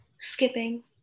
skipping